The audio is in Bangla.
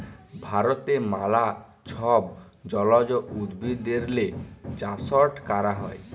ভারতে ম্যালা ছব জলজ উদ্ভিদেরলে চাষট ক্যরা হ্যয়